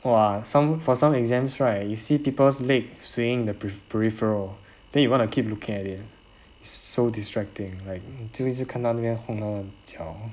!wah! some for some exams right you see people's leg swaying in the peri~ peripheral that you want to keep looking at it so distracting like 你就一直看到那一边弄他的脚